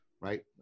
right